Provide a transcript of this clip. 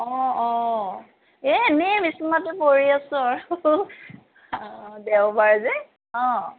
অঁ অঁ এই এনেই বিছনাতে পৰি আছোঁ অঁ দেওবাৰ যে অঁ